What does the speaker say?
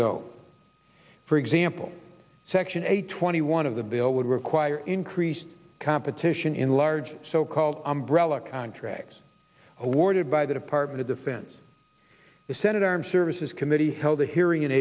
ago for example section eight twenty one of the bill would require increased competition in large so called umbrella contracts awarded by the department of defense the senate armed services committee held a hearing in